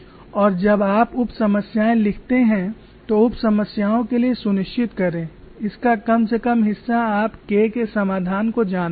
और जब आप उप समस्याएं लिखते हैं तो उप समस्याओं के लिए सुनिश्चित करें इसका कम से कम हिस्सा आप K के समाधान को जानते हैं